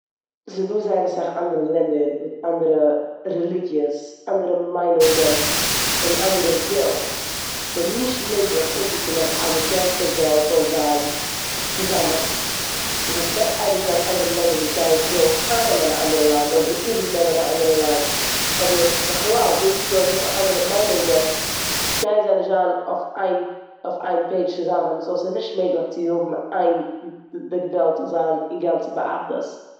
ס'דא זייער אסאך אנדערע לענדער מיט אנדערע רעליגיעס, אנדערע מיינונגען און אנדערע ווילן. ס'נישט מעגליך אנצוקומען אז די גאנצע וועלט זאל זיין צוזאמען ווייל ס'גייט אייביג זיין אנדערע לענדער וואס ווילן אייננעמען א אנדערע לאנד אדער איבערנעמען א אנדערע לאנד אדער בכלל וועגן ס'דא אזויפיל אנדערע מיינונגען גייען זיי נישט זיין אויף איין- אויף איין פעידש סאו ס'נישט מעגליך צו האבן איין די וועלט זאל זיין אינגאנצן באחדות.